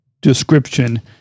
description